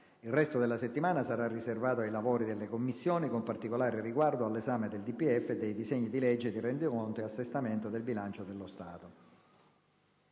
Il resto della settimana sarà riservato ai lavori delle Commissioni, con particolare riguardo all'esame del DPEF e dei disegni di legge di rendiconto e assestamento del bilancio dello Stato.